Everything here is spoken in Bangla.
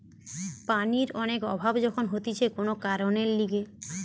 পানির অনেক অভাব যখন হতিছে কোন কারণের লিগে